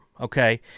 Okay